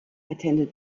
attended